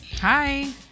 Hi